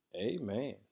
Amen